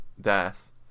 death